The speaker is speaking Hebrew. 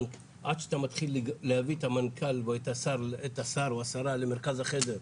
עד שאתה מתחיל להביא את המנכ"ל או את השר או השרה למרכז החדר,